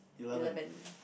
eleven